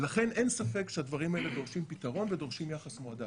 לכן אין ספק שהדברים האלה דורשים פתרון ודורשים יחס מועדף,